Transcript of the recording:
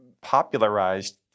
popularized